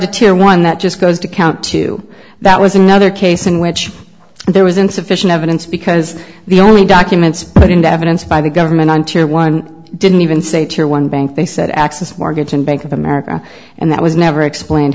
to tear one that just goes to count two that was another case in which there was insufficient evidence because the only documents put into evidence by the government on tear one didn't even say tear one bank they said axis mortgage and bank of america and that was never explain